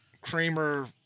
Kramer